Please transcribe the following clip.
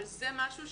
אבל זה משהו,